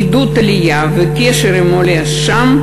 עידוד עלייה וקשר עם העולה שם,